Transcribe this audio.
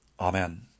Amen